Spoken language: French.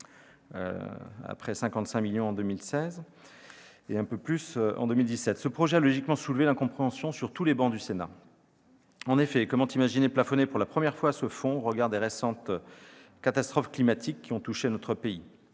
après 55 millions d'euros en 2016 et un peu plus en 2017. Ce projet a logiquement soulevé l'incompréhension sur toutes les travées du Sénat. En effet, comment imaginer plafonner pour la première fois ce fonds au regard des récentes catastrophes climatiques qui ont touché notre pays !